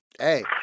hey